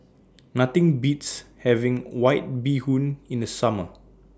Nothing Beats having White Bee Hoon in The Summer